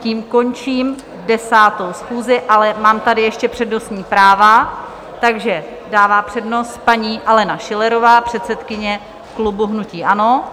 Tím končím 10. schůzi, ale mám tady ještě přednostní práva, takže dává přednost paní Aleně Schillerové, předsedkyni klubu hnutí ANO.